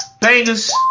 Bangers